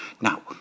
Now